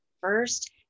first